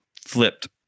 flipped